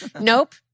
Nope